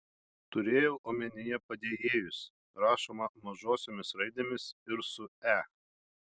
turėjau omenyje padėjėjus rašoma mažosiomis raidėmis ir su e